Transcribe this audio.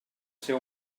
ser